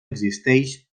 existeix